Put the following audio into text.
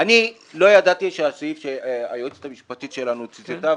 אני לא ידעתי שהסעיף שהיועצת המשפטית שלנו ציטטה,